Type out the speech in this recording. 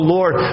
Lord